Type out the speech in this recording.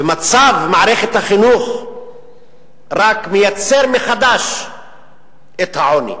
ומצב מערכת החינוך רק מייצר מחדש את העוני.